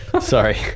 Sorry